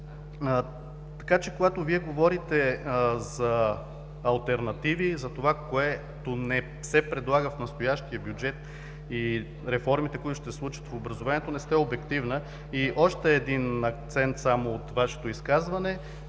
Така че, когато Вие говорите за алтернативи, за това което не се предлага в настоящия бюджет и реформите, които ще се случат в образованието, не сте обективна. И само още един акцент от Вашето изказване.